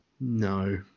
no